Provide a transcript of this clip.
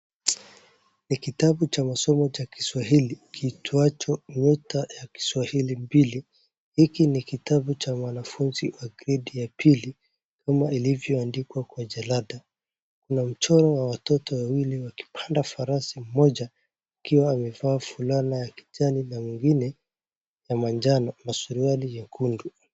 Ni kitabu cha masomo cha kiswahili kiitwacho ''Nyota ya Kiswahili'' mbili. Hiki ni kitabu cha mwanafunzi wa gredi ya pili kama ilivyoandikwa kwa jalada. Kuna mchoro wa watoto wawili wakipanda farasi mmoja akiwa amevaa fulana ya kijani na mwingine ya manjano na suruali nyekundu.